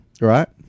Right